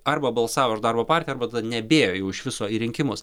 arba balsavo už darbo partiją arba tada nebėjo jau iš viso į rinkimus